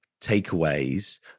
takeaways